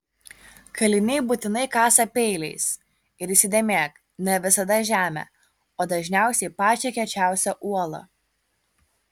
kaliniai būtinai kasa peiliais ir įsidėmėk ne visada žemę o dažniausiai pačią kiečiausią uolą